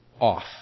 off